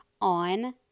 on